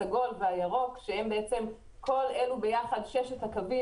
הסגול והירוק שכל אלה יחד ששת הקווים